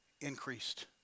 increased